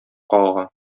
кага